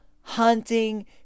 hunting